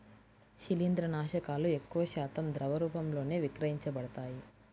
శిలీంద్రనాశకాలు ఎక్కువశాతం ద్రవ రూపంలోనే విక్రయించబడతాయి